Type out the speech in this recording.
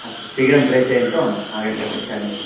अस्तु शीघ्रं प्रेषयन्तु अहम् आगत्य पश्यामि